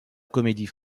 comédie